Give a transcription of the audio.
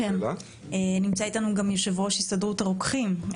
נמצא איתנו גם יושב-ראש הסתדרות הרוקחים,